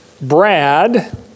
Brad